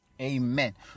Amen